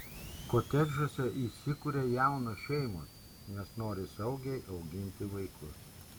kotedžuose įsikuria jaunos šeimos nes nori saugiai auginti vaikus